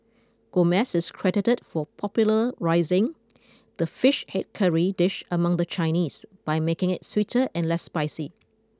Gomez is credited for popularising the fish head curry dish among the Chinese by making it sweeter and less spicy